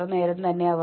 ആരോ burnout ആവുന്നു